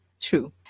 true